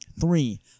Three